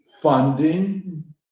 funding